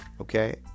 okay